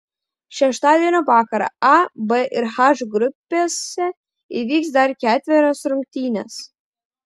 šeštadienio vakarą a b ir h grupėse įvyks dar ketverios rungtynės